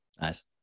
Nice